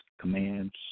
commands